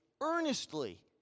earnestly